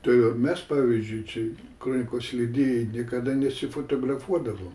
todėl mes pavyzdžiui čia kronikos leidėjai niekada nesifotografuodavom